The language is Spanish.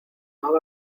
haga